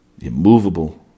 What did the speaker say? immovable